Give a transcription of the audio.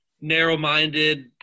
narrow-minded